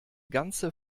ganze